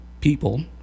people